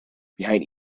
behind